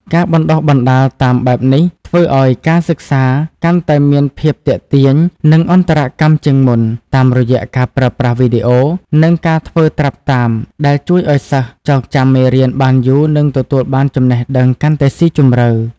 ការបណ្តុះបណ្តាលតាមបែបនេះធ្វើឱ្យការសិក្សាកាន់តែមានភាព ទាក់ទាញ និងអន្តរកម្ម ជាងមុន តាមរយៈការប្រើប្រាស់វីដេអូ និងការធ្វើត្រាប់តាម ដែលជួយឱ្យសិស្សចងចាំមេរៀនបានយូរនិងទទួលបានចំណេះដឹងកាន់តែស៊ីជម្រៅ។